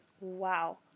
wow